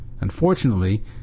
Unfortunately